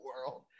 world